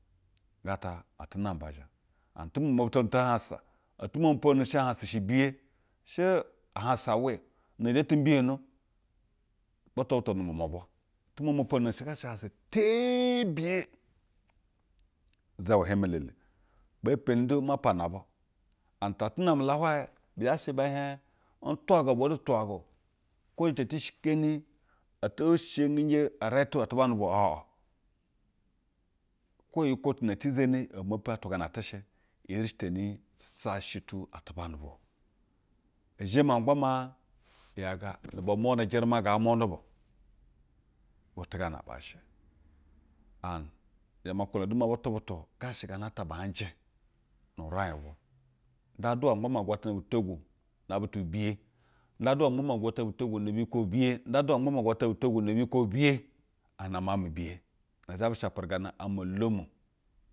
Gaa ta ate namba zhiaj and yu momo moputanu shɛ tuhansa otu momo pwo nonu shehansa shɛ biye. she ahansa weo ne zha ti mbiyono butu butu nu umwamwa bwa tu momo pwononu shiga sha hansa teebiye uzawa heime elele. Bee mpeni du ma pana bu. And ta ate name la hwaye, be tha she jita eti shikei eti sheyingeji iretu nubwa o. Aa kwo eyikwo tu na eti zeni e mepi atwa gaa na ate she. E yeri teni a. Sha she ti atuna nubwa. Zheme ma gba maa yega tununa, bu mune jeruma, ngaa meune bu we butu gaa na baa shɛ and zhe ma nkwulana du maa butu butu ga she gana ata baa nje nu-uriaj bwa nda ma bgaa maa agwatana bu togwu na butu bi biye. Nda aduwa ma gba maa agwatana bu togwu ne biyikwo bi biye. Nda adu wa ma gba maa agwatana bu to gwu ne biyikwo bi biye and na miau-j mi biye na zhe bu shaperegane ame olom.